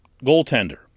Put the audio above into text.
goaltender